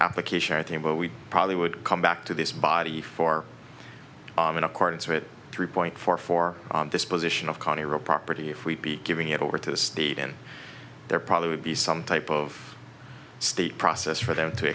application or thing but we probably would come back to this body for in accordance with three point four for this position of county real property if we'd be giving it over to the state and there probably would be some type of state process for them to